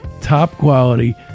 top-quality